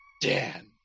Dan